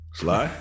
sly